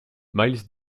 miles